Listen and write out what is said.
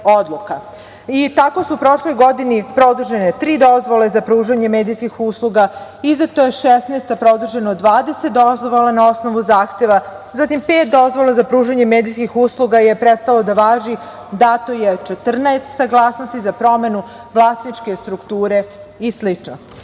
Tako su u prošloj godini produžene tri dozvole za pružanje medijskih usluga, izdato je 16, a produženo 20 dozvola na osnovu zahteva. Zatim, pet dozvola za pružanje medijskih usluga je prestalo da važi, dato je 14 saglasnosti za promenu vlasničke strukture i